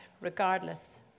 regardless